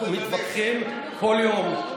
אנחנו מתווכחים כל יום,